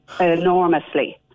enormously